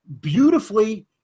beautifully